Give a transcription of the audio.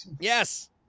yes